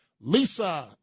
Lisa